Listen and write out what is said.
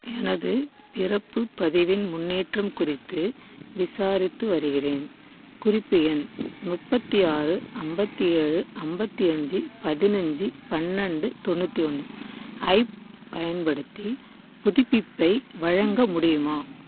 எனது பிறப்பு பதிவின் முன்னேற்றம் குறித்து விசாரித்து வருகின்றேன் குறிப்பு எண் முப்பத்தி ஆறு ஐம்பத்தி ஏழு ஐம்பத்தி அஞ்சு பதினைஞ்சி பன்னெண்டு தொண்ணூற்றி ஒன்று ஐப் பயன்படுத்தி புதுப்பிப்பை வழங்க முடியுமா